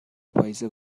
پاییز